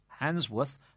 Hansworth